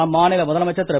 அம்மாநில முதலமைச்சர் திரு